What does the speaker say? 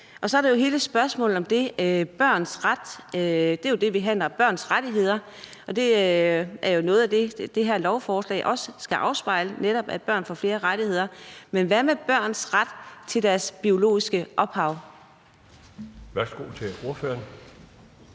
Og så er der jo hele spørgsmålet om det med børns ret. Det er jo det, vi behandler, altså børns rettigheder. Og det er jo noget af det, det her lovforslag også skal afspejle, altså netop at børn får flere rettigheder. Men hvad med børns ret til deres biologiske ophav? Kl. 12:01 Den